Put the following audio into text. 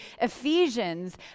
Ephesians